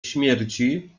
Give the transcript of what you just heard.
śmierci